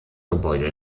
gebäude